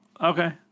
okay